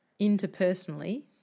Interpersonally